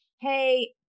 hey